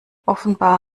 offenbar